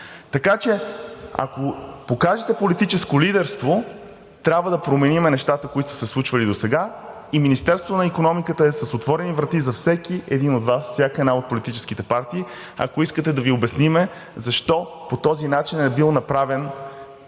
Така че, ако покажете политическо лидерство, трябва да променим нещата, които са се случвали досега. Министерството на икономиката е с отворени врати за всеки от Вас, всяка една от политическите партии – ако искате, да Ви обясним защо по този начин е бил направен